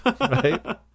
Right